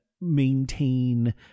maintain